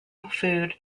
food